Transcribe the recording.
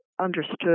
understood